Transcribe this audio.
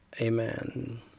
Amen